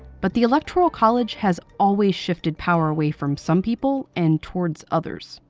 but the electoral college has always shifted power away from some people and towards others.